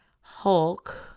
Hulk